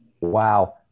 Wow